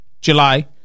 july